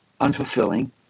unfulfilling